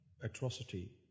atrocity